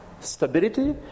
stability